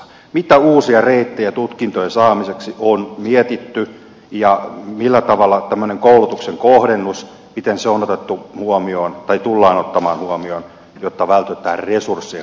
mitä uusia reittejä tutkintojen saamiseksi on mietitty ja millä tavalla tämmöinen koulutuksen kohdennus pitää se on otettu huomioon tai tullaan ottamaan huomioon jotta vältytään resurssien haaskaamiselta